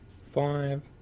five